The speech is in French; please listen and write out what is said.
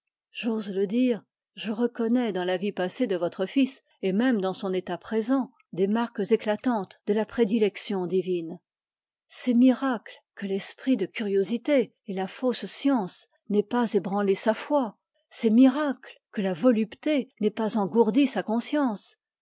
je reconnais dans la vie passée de votre fils et même dans son état présent des marques éclatantes de la prédilection divine c'est miracle que l'esprit de curiosité et la fausse science n'aient pas ébranlé sa foi c'est miracle que la volupté n'ait pas engourdi sa conscience